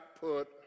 put